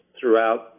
throughout